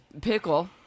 Pickle